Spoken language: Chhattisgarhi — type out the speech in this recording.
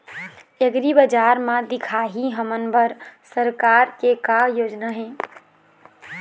एग्रीबजार म दिखाही हमन बर सरकार के का योजना हे?